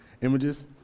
images